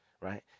Right